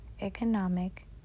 economic